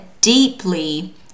deeply